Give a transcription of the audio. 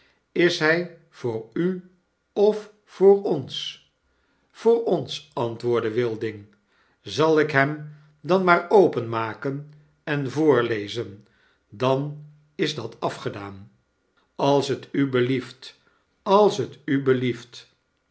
is hy voor u of voor ons voor ons antwoordde wilding zal ik hem dan maar openmaken en voorlezen dan is dat afgedaan als t u belieft als t u belieft